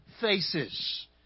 faces